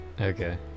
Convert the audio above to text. okay